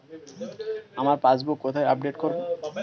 আমার পাসবুক কোথায় আপডেট করব?